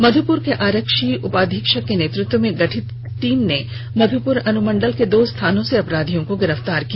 मध्यपर के आरक्षी उपाधीक्षक के नेतृत्व में गठित टीम ने मध्यपर अनुमंडल के दो स्थानों से अपराधियों को गिरफ्तार किया